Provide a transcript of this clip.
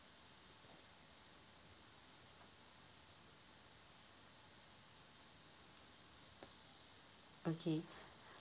okay